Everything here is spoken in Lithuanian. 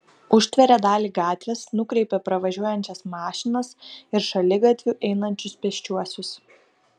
užtveria dalį gatvės nukreipia pravažiuojančias mašinas ir šaligatviu einančius pėsčiuosius